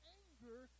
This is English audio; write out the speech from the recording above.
anger